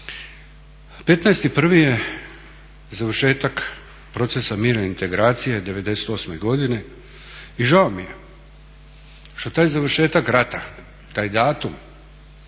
15.1.je završetak procesa mirne reintegracije '98.godine i žao mi što taj završetak rata taj datum,